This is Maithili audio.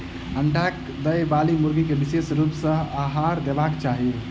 अंडा देबयबाली मुर्गी के विशेष रूप सॅ आहार देबाक चाही